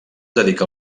dedica